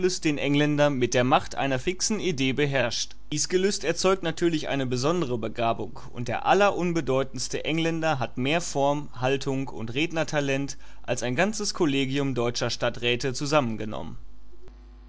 den engländer mit der macht einer fixen idee beherrscht dies gelüst erzeugt natürlich auch eine besondere begabung und der allerunbedeutendste engländer hat mehr form haltung und rednertalent als ein ganzes kollegium deutscher stadträte zusammengenommen